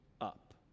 up